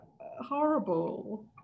horrible